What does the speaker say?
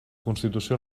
constitució